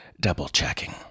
double-checking